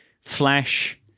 flash